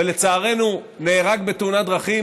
ולצערנו נהרג בתאונת דרכים,